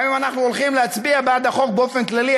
גם אנחנו הולכים להצביע בעד החוק באופן כללי,